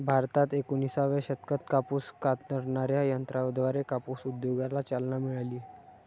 भारतात एकोणिसाव्या शतकात कापूस कातणाऱ्या यंत्राद्वारे कापूस उद्योगाला चालना मिळाली